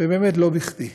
ובאמת, לא בכדי,